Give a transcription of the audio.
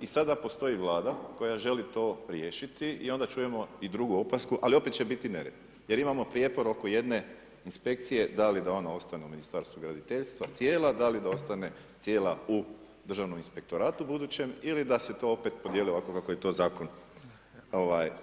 I sada postoji Vlada koja želi to riješiti i onda čujemo i drugu opasku i opet će biti nered, jer imamo prijepor oko jedne inspekcije, da li da ona ostane u Ministarstvu graditeljstva cijela, da li da ostane cijela u državnom inspektoratu budućem ili da se to opet podijeli ovako kako je to zakon